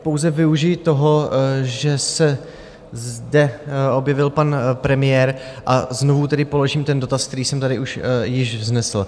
Pouze využiji toho, že se zde objevil pan premiér, a znovu tedy položím dotaz, který jsem tady již vznesl.